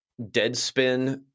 Deadspin